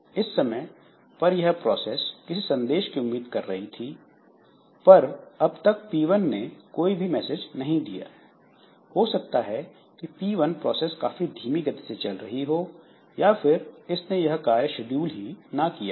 इस समय पर यह प्रोसेस किसी संदेश की उम्मीद कर रही थी पर अब तक P1 ने कोई भी मैसेज नहीं भेजा है हो सकता है कि P1 प्रोसेस काफी धीमी गति से चल रही हो या फिर इसने यह कार्य शेड्यूल ही ना किया हो